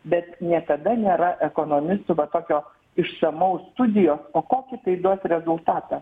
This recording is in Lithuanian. bet niekada nėra ekonomistų va tokio išsamaus studijos o kokį tai duos rezultatą